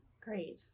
Great